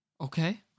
Okay